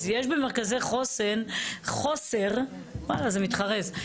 אז יש במרכזי חוסן חוסר, וואלה, זה מתחרז.